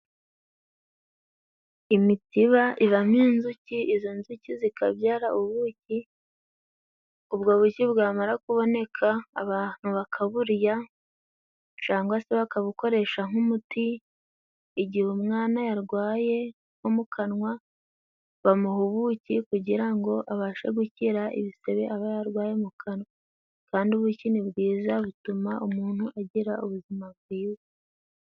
Imitiba ibamo inzuki. Izo nzuki zikabyara ubuki, ubwo buki bwamara kuboneka abantu bakaburya cyangwa se bakabukoresha nk'umuti igihe umwana yarwaye nko mu kanwa bamuha ubuki kugira ngo abashe gukira ibisebe aba yarwaye mu kanwa, kandi ubuki ni bwiza butuma umuntu agira ubuzima bwiza.